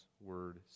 word